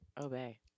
Obey